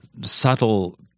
subtle